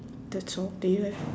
that's all do you have